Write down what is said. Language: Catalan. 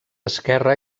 esquerre